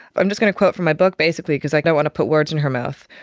i'm just going to quote from my book basically because i don't want to put words in her mouth.